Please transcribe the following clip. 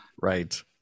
Right